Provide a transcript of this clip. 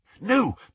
No